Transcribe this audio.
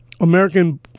American